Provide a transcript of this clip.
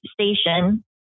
station